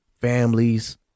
families